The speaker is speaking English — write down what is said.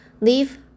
Leave